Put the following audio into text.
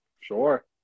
Sure